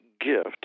gift